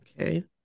Okay